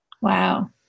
Wow